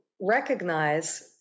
recognize